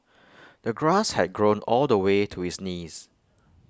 the grass had grown all the way to his knees